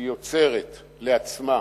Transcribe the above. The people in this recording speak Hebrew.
שהיא יוצרת לעצמה